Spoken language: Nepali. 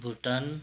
भुटान